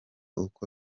uko